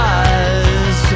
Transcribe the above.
eyes